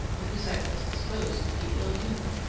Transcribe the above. cahusac was disposed to be ill-humoured.